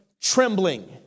trembling